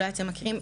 אולי אתם מכירים,